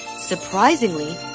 Surprisingly